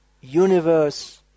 universe